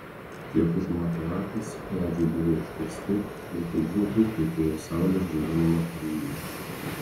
kiek užmato akys medžiai buvo iškirsti vietoj džiunglių plytėjo saulės džiovinama purvynė